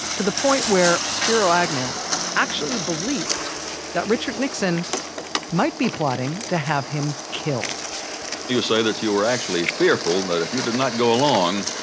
to the point where spiro agnew actually believed that richard nixon might be plotting to have him killed you say that you were actually fearful that if you did not go along,